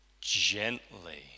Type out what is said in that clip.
gently